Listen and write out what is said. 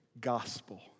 gospel